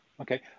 Okay